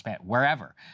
wherever